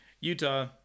Utah